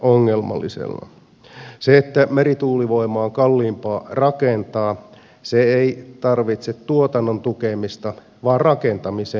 koska merituulivoima on kalliimpaa rakentaa se ei tarvitse tuotannon tukemista vaan rakentamisen investointitukea